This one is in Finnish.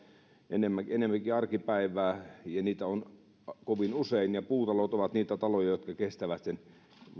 enemmänkin enemmänkin arkipäivää ja niitä on kovin usein ja puutalot ovat niitä taloja jotka kestävät sen